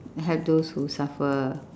help those who suffer